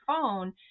phone